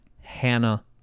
Hannah